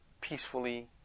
peacefully